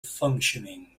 functioning